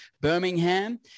Birmingham